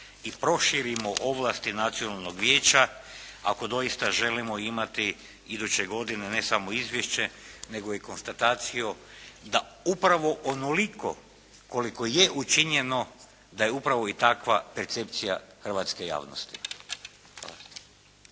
i proširimo ovlasti nacionalnog vijeća ako doista želimo imati iduće godine ne samo izvješće, nego i konstataciju da upravo onoliko koliko je učinjeno da je upravo i takva percepcija hrvatske javnosti.